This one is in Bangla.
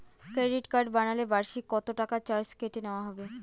ক্রেডিট কার্ড বানালে বার্ষিক কত টাকা চার্জ কেটে নেওয়া হবে?